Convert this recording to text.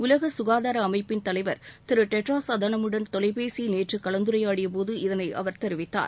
உலக சுகாதார அமைப்பின் தலைவர் திரு டெட்ாராஸ் அதோனாமுடன் தொலைபேசியில் நேற்று கலந்துரையாடிய போது இதனை அவர் தெரிவித்தார்